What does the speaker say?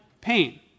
pain